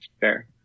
Fair